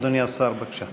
אדוני השר, בבקשה.